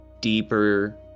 deeper